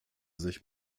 sich